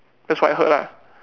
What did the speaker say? that's what I heard lah